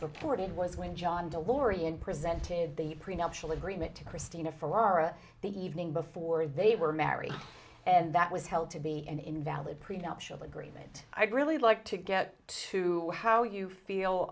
purported was when john de lorean presented the prenuptial agreement to christina ferrara the evening before they were married and that was held to be an invalid prenuptial agreement i really like to get to how you feel